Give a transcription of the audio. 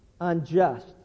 unjust